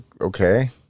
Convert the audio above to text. okay